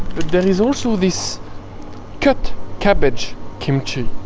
but there is also this cut cabbage kimchi